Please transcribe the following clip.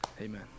Amen